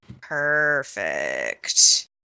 Perfect